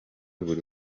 buri